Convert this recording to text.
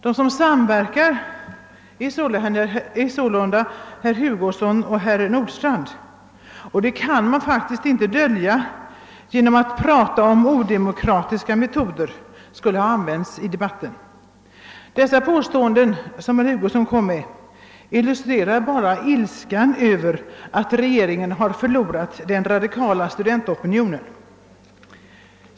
De som samverkar är således herr Hugosson och herr Nordstrandh. Det förhållandet kan man faktiskt inte dölja genom att tala om att odemokratiska metoder skulle ha använts i debatten. Herr Hugossons påståenden illustrerar bara ilskan över att regeringen förlorat den radikala studentopinionen.